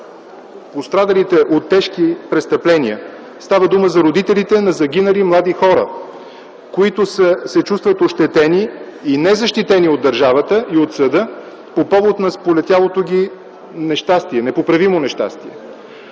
пострадалите от тежки престъпления – става дума за родителите на загинали млади хора, които се чувстват ощетени и незащитени от държавата и от съда по повод на сполетялото ги непоправимо нещастие.